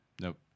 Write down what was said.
Nope